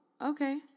Okay